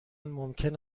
ممکن